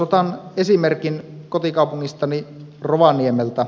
otan esimerkin kotikaupungistani rovaniemeltä